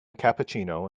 cappuccino